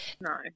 No